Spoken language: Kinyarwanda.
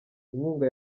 inkunga